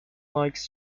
likes